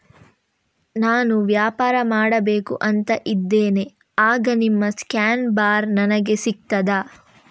ನಾನು ವ್ಯಾಪಾರ ಮಾಡಬೇಕು ಅಂತ ಇದ್ದೇನೆ, ಆಗ ನಿಮ್ಮ ಸ್ಕ್ಯಾನ್ ಬಾರ್ ನನಗೆ ಸಿಗ್ತದಾ?